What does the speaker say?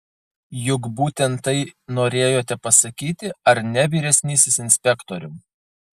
juk būtent tai norėjote pasakyti ar ne vyresnysis inspektoriau